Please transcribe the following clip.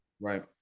Right